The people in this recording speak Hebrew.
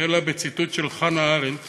אלא בציטוט של חנה ארנדט